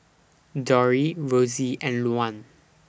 Dori Rossie and Luann